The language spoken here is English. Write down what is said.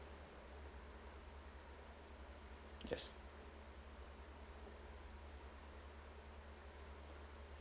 yes